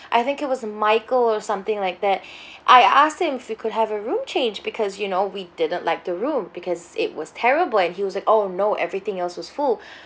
I think it was a michael or something like that I asked him if we could have a room change because you know we didn't like the room because it was terrible and he was at oh no everything else was full